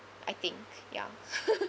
I think ya